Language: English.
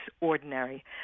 ordinary